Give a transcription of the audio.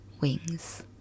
wings